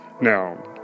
Now